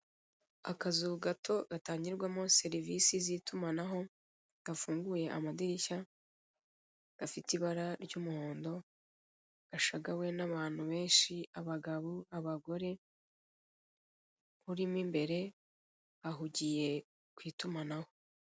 Akazu gato gatangirwamo serivise z'itumanaho gafunguye amadirishya gafite ibara ry'umuhondo gashagawe n'abantu benshi abagabo abagore urimo imbere ahugiye ku itumanaho.